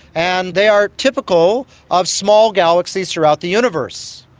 and they are typical of small galaxies throughout the universe.